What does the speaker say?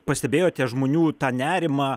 pastebėjote žmonių tą nerimą